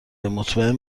مطمئن